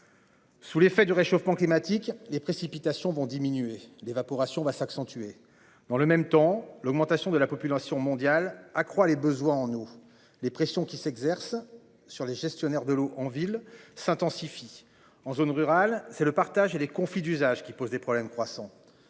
Sous l'effet du réchauffement climatique, les précipitations vont diminuer d'évaporation va s'accentuer dans le même temps, l'augmentation de la population mondiale accroît les besoins en eau les pressions qui s'exercent sur les gestionnaires de l'eau en ville s'intensifie en zone rurale, c'est le partage et les conflits d'usage qui pose des problèmes croissants.